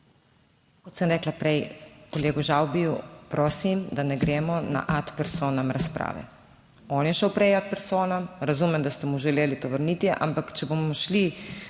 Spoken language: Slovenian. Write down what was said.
Kot sem rekla prej kolegu Žavbiju, prosim, da ne gremo na ad personam razprave. On je šel prej ad personam, razumem, da ste mu želeli to vrniti, ampak če bomo šli